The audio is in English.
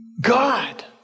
God